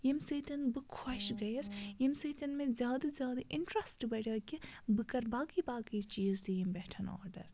ییٚمہِ سۭتۍ بہٕ خۄش گٔیَس ییٚمہِ سۭتۍ مےٚ زیادٕ زیادٕ اِنٹرٛسٹ بَڑیٛو کہِ بہٕ کَرٕ باقٕے باقٕے چیٖز تہِ ییٚمہِ پٮ۪ٹھ آرڈَر